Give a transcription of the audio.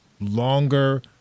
longer